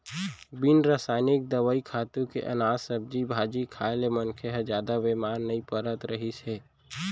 बिन रसइनिक दवई, खातू के अनाज, सब्जी भाजी खाए ले मनखे ह जादा बेमार नइ परत रहिस हे